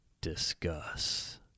discuss